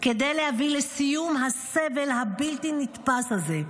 כדי להביא לסיום הסבל הבלתי-נתפס הזה.